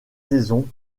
saison